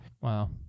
Wow